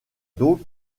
donc